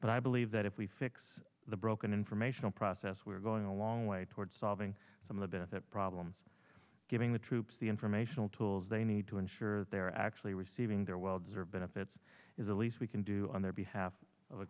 but i believe that if we fix the broken informational process we are going a long way toward solving some of the benefit problems giving the troops the informational tools they need to ensure that they're actually receiving their welds benefits is the least we can do on their behalf o